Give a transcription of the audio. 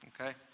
okay